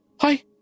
hi